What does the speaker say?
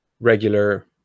regular